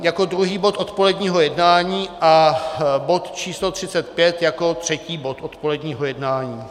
Jako druhý bod odpoledního jednání a bod číslo 35 jako třetí bod odpoledního jednání.